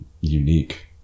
unique